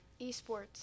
eSports